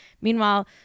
Meanwhile